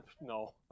No